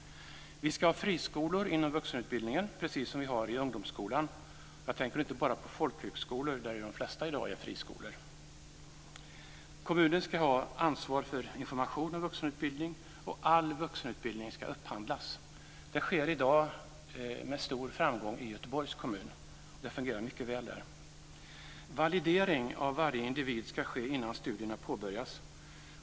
Vi ska ha friskolor inom vuxenutbildningen, precis som vi har i ungdomsskolan. Jag tänker då inte bara på folkhögskolor, där ju de flesta i dag är friskolor. Kommunen ska ha ansvar för information om vuxenutbildning. All vuxenutbildning ska upphandlas. Det sker i dag med stor framgång i Göteborgs kommun. Det fungerar mycket väl där. Validering av varje individ ska ske innan studierna påbörjas.